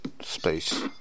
space